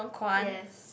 yes